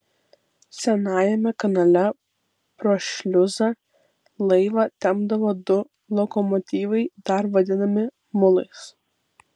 senajame kanale pro šliuzą laivą tempdavo du lokomotyvai dar vadinami mulais